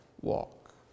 walk